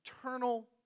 eternal